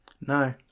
No